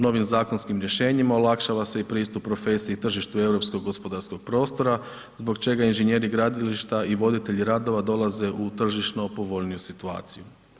Novim zakonskim rješenjima olakšava se i pristup profesiju tržištu europskog gospodarskog prostora zbog čega inženjeri gradilišta i voditelji radova dolaze u tržišno povoljniju situaciju.